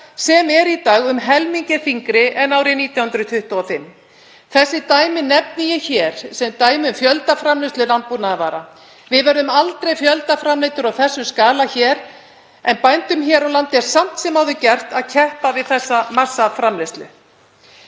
sem er í dag um helmingi þyngri en árið 1925. Þessi dæmi nefni ég hér sem dæmi um fjöldaframleiðslu landbúnaðarvara. Við verðum aldrei fjöldaframleiðendur á þessum skala en bændum hér á landi er samt sem áður gert að keppa við þessa massaframleiðslu.